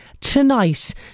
tonight